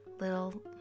little